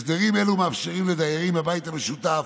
הסדרים אלו מאפשרים לדיירים בבית המשותף